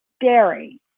dairy